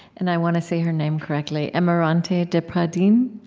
and i want to say her name correctly emarante de pradines?